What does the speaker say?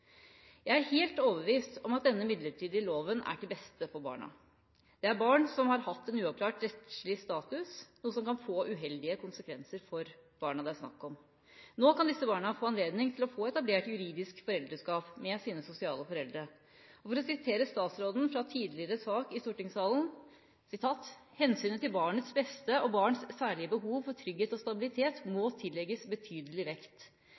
Jeg er helt overbevist om at denne midlertidige loven er til beste for barna. Det er barn som har hatt en uavklart rettslig status, noe som kan få uheldige konsekvenser for barna det er snakk om. Nå kan disse barna få anledning til å få etablert juridisk foreldreskap med sine sosiale foreldre. For å sitere statsråden fra en tidligere sak i stortingssalen: «Hensynet til barnets beste og barns særlige behov for trygghet og stabilitet må tillegges betydelig vekt.